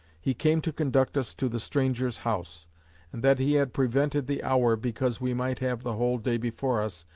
he came to conduct us to the strangers' house and that he had prevented the hour, because we might have the whole day before us,